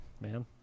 man